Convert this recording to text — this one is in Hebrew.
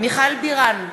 מיכל בירן,